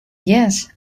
yes